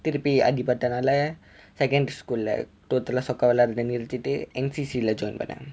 திருப்பி அடி பட்டதுனாலே:thiruppi adi pattathunaale secondary school total ah soccer விளையாடுறது நிறுத்திட்டு:vilaiyaadurathe nirutthittu N_C_C join பண்ணேன்:panen